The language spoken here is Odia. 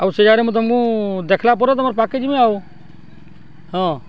ଆଉ ସେ ଜାଗାରେ ମୁଁ ତୁମକୁ ଦେଖଲା ପରେ ତୁମର ପାଖ୍ କେ ଯିମି ଆଉ ହଁ